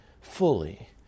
fully